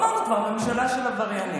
אמרנו כבר, ממשלה של עבריינים.